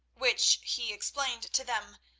which, he explained to them,